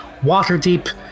Waterdeep